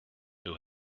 who